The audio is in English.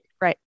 Right